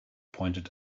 pointed